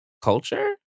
culture